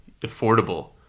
affordable